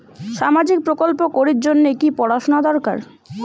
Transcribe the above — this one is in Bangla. সামাজিক প্রকল্প করির জন্যে কি পড়াশুনা দরকার?